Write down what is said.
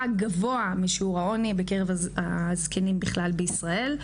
גבוה משיעור העוני בקרב הזקנים בכלל בישראל,